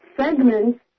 segments